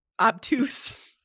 Obtuse